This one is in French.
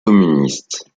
communiste